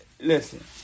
Listen